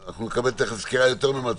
למה?